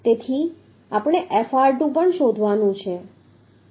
તેથી આપણે Fr2 પણ શોધવાનું છે